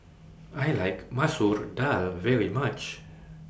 I like Masoor Dal very much